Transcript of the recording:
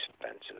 expensive